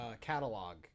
catalog